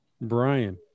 Brian